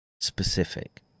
specific